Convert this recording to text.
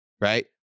right